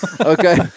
Okay